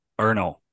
Erno